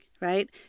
right